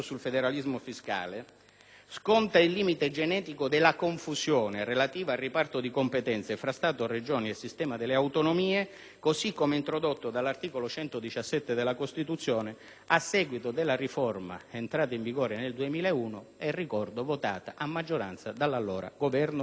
sconta il limite genetico della confusione relativa al riparto di competenze tra Stato, Regioni e sistema delle autonomie, così come introdotto dall'articolo 117 della Costituzione, a seguito della riforma entrata in vigore nel 2001, votata, lo ricordo, a maggioranza dall'allora Governo di centrosinistra.